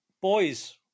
Boys